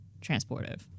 transportive